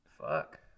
Fuck